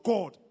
God